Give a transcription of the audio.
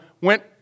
went